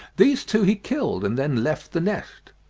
these two he killed, and then left the nest.